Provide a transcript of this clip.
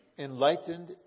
enlightened